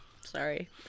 Sorry